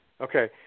Okay